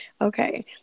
okay